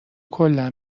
کلا